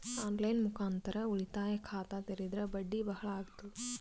On line ಮುಖಾಂತರ ಉಳಿತಾಯ ಖಾತ ತೇರಿದ್ರ ಬಡ್ಡಿ ಬಹಳ ಅಗತದ?